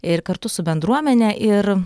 ir kartu su bendruomene ir